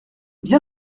bien